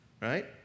Right